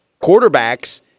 quarterbacks